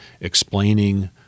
explaining